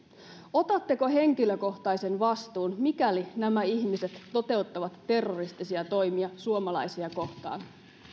otatteko henkilökohtaisen vastuun mikäli nämä ihmiset toteuttavat terroristisia toimia suomalaisia kohtaan